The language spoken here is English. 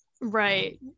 Right